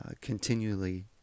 continually